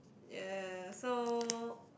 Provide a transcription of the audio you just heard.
yes so